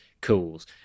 cools